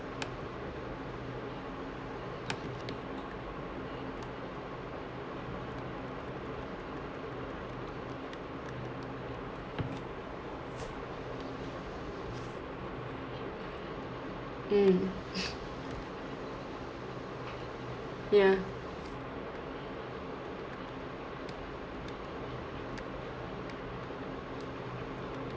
mm ya